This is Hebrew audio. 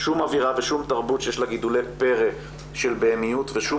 'שום אוירה ושום תרבות שיש לה גידולי פרא של בהמיות ושום